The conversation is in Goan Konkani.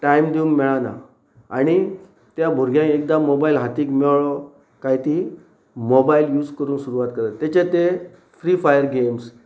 टायम दिवंक मेळना आनी त्या भुरग्यांक एकदा मोबायल हातीक मेळ्ळो कायां ती मोबायल यूज करून सुरवात करात तेचे ते फ्री फायर गेम्स